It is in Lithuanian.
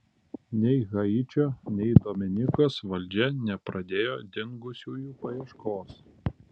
nei haičio nei dominikos valdžia nepradėjo dingusiųjų paieškos